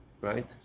right